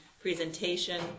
presentation